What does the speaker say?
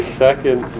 second